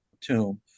tomb